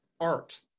art